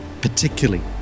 particularly